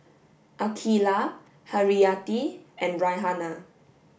Aqeelah Haryati and Raihana